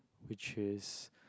which is